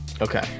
Okay